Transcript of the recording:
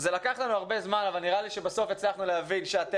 רם שפע (יו"ר ועדת החינוך,